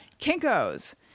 Kinko's